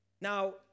Now